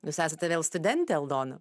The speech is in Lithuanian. jūs esate vėl studentė aldona